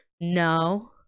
No